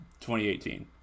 2018